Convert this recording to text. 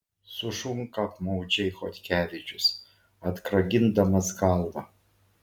sušunka apmaudžiai chodkevičius atkragindamas galvą